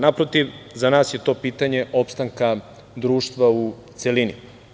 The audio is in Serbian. Naprotiv, za nas je to pitanje opstanka društva u celini.